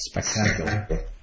Spectacular